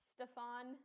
Stefan